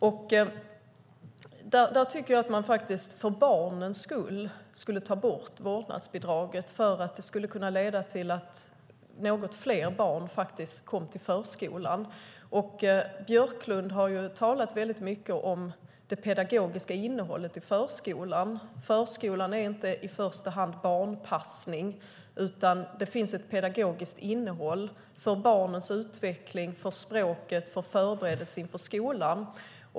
Jag tycker att man för barnens skull skulle ta bort vårdnadsbidraget. Det skulle kunna leda till att något fler barn kom till förskolan. Björklund har talat mycket om det pedagogiska innehållet i förskolan. Förskolan är inte i första hand barnpassning, utan det finns ett pedagogiskt innehåll för barnens utveckling och för språket och som en förberedelse inför skolan.